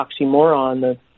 oxymoron